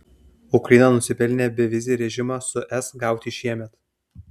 ukraina nusipelnė bevizį režimą su es gauti šiemet